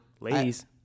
Ladies